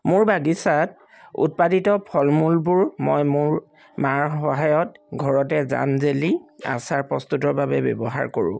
মোৰ বাগিচাত উৎপাদিত ফল মূলবোৰ মই মোৰ মাৰ সহায়ত ঘৰতে জাম জেলি আচাৰ প্ৰস্তুতৰ বাবে ব্যৱহাৰ কৰোঁ